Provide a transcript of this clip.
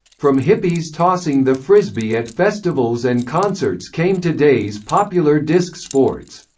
from hippies tossing the frisbee at festivals and concerts came today's popular disc sports.